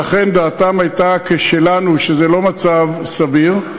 ואכן, דעתם הייתה כשלנו, שזה לא מצב סביר.